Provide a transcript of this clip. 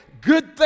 Good